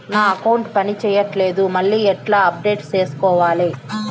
నా అకౌంట్ పని చేయట్లేదు మళ్ళీ ఎట్లా అప్డేట్ సేసుకోవాలి?